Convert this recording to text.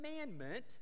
commandment